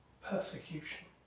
persecution